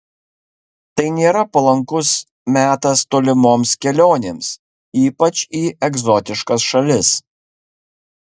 tai nėra palankus metas tolimoms kelionėms ypač į egzotiškas šalis